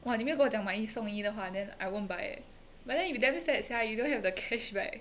!wah! 你没有跟我讲买一送一的话 then I won't buy eh but then you damn sad sia you don't have the cash back